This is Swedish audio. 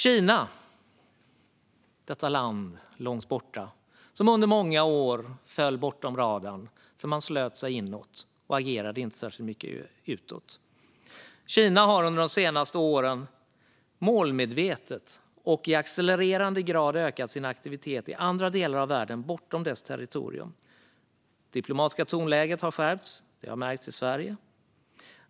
Kina, detta land långt borta som under många år gick under radarn därför att man slöt sig inåt och inte agerade särskilt mycket utåt, har under de senaste åren målmedvetet och i accelererande grad ökat sin aktivitet i andra delar av världen bortom sitt territorium. Det diplomatiska tonläget har skärpts, vilket har märkts i Sverige.